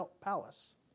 Palace